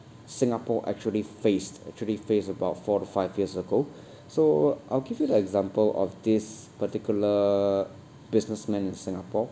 singapore actually faced actually faced about four to five years ago so I'll give you the example of this particular businessman in singapore